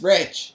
Rich